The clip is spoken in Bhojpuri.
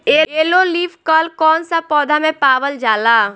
येलो लीफ कल कौन सा पौधा में पावल जाला?